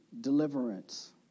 Deliverance